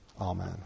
Amen